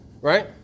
right